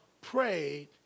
prayed